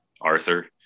Arthur